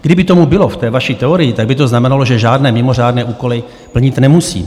Kdyby tomu bylo v té vaší teorii, tak by to znamenalo, že žádné mimořádné úkoly plnit nemusíme.